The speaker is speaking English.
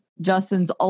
Justin's